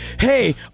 Hey